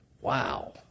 Wow